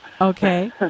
Okay